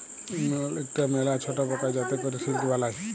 ইমল ইকটা ম্যালা ছট পকা যাতে ক্যরে সিল্ক বালাই